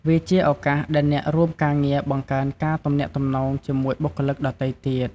វាជាឱកាសដែលអ្នករួមការងារបង្កើនការទំនាក់ទំនងជាមួយបុគ្គលិកដទៃទៀត។